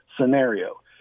scenario